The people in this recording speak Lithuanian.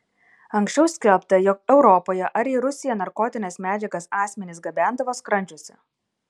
anksčiau skelbta jog europoje ar į rusiją narkotines medžiagas asmenys gabendavo skrandžiuose